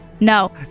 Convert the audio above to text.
No